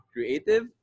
Creative